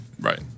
Right